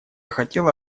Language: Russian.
хотела